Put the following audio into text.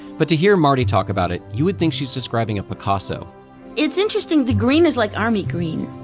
but to hear mardi talk about it, you would think she's describing a picasso it's interesting, the green is like army green.